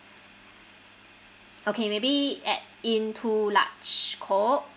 okay maybe add in two large coke